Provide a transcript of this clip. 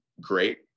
great